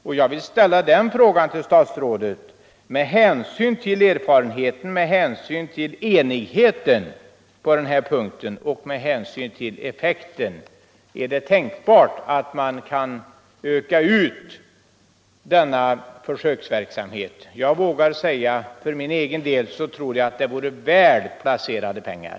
Jag vill därför ställa följande fråga till statsrådet: Med hänsyn till erfarenheten, enigheten på den här punkten och effekten, är det tänkbart att denna försöksverksamhet kan utökas? För egen del tror jag att det vore väl placerade pengar.